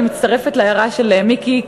אני מצטרפת להערה של מיקי,